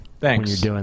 Thanks